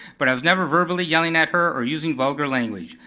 but i was never verbally yelling at her or using vulgar language.